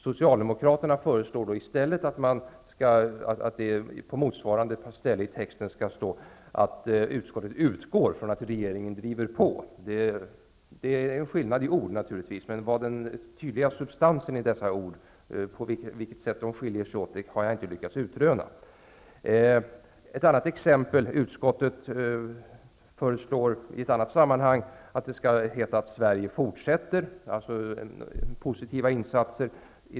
Socialdemokraterna föreslår att det på motsvarande ställe skall stå att utskottet utgår ifrån att regeringen driver på. Det är naturligtvis en skillnad i ord. Vad den tydliga substansen i dessa ord innebär för skillnad har jag inte lyckats utröna. Ett annat exempel: Utskottet föreslår, enligt majoritetstexten, att Sverige fortsätter med en viss insats.